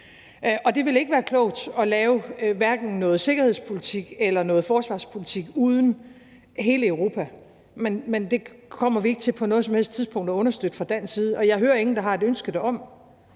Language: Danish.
Og det ville ikke være klogt at lave noget sikkerhedspolitik eller noget forsvarspolitik uden hele Europa, men det kommer vi ikke til på noget som helst tidspunkt at understøtte fra dansk side. Og jeg hører ingen, der har et ønske derom.